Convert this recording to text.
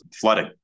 flooding